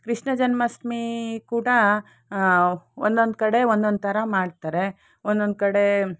ಕೃಷ್ಣ ಜನ್ಮಾಷ್ಟಮಿ ಕೂಡ ಒಂದೊಂದು ಕಡೆ ಒಂದೊಂದು ಥರ ಮಾಡ್ತಾರೆ ಒಂದೊಂದು ಕಡೆ